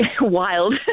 wild